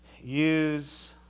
use